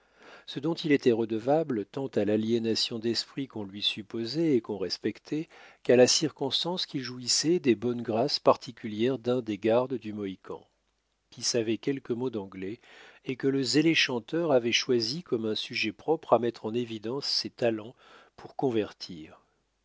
ce dont il était redevable tant à l'aliénation d'esprit qu'on lui supposait et qu'on respectait qu'à la circonstance qui jouoit des bonnes grâces particulières d'un des gardes du mohican qui savait quelques mots d'anglais et que le zélé chanteur avait choisi comme un sujet propre à mettre en évidence ses talents pour convertir